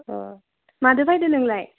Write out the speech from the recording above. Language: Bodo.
अ माजों फैदों नोंलाय